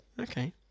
Okay